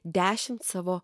dešimt savo